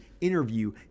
interview